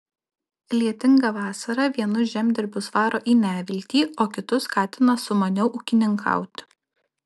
lietinga vasara vienus žemdirbius varo į neviltį o kitus skatina sumaniau ūkininkauti